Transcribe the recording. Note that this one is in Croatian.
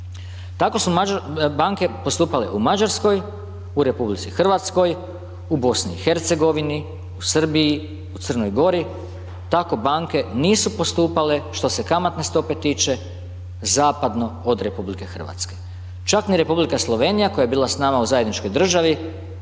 tako su banke postupale u Mađarskoj, u RH, u BiH, u Srbiji, u Crnoj Gori, tako banke nisu postupale što se kamatne stope tiče zapadno od RH. Čak ni Republika Slovenija koja je bila s nama u zajedničkoj državi